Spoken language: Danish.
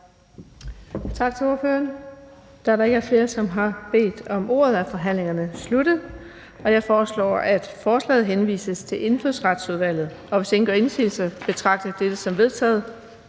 Tak til ordføreren. Da der ikke er flere, som har bedt om ordet, er forhandlingen sluttet. Jeg foreslår, at forslaget til folketingsbeslutning henvises til Indfødsretsudvalget. Og hvis ingen gør indsigelse, betragter jeg dette som vedtaget.